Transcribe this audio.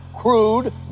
crude